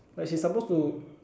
like she supposed to